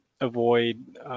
avoid